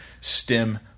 stem